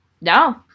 no